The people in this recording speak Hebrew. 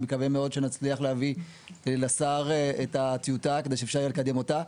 אני מקווה מאוד שנצליח להביא לשר את הטיוטה כדי שאפשר יהיה לקדם אותה.